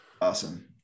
Awesome